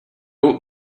old